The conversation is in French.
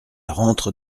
rentre